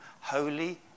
holy